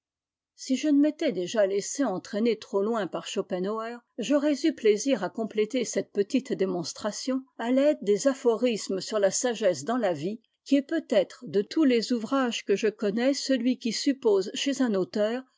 si je ne m'étais déjà laissé entraîner trop loin par shopenhauer j'aurais eu plaisir à compléter cette petite démonstration à l'aide des aphorismes hr la sagesse dans la vie qui est peut-être de tous les ouvrages i shopenhauer le monde comme représentation et comme volonté chapitre de la vatute et des souffrances de la vie que je connais celui qui suppose chez un auteur